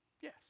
Yes